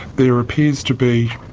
there appears to be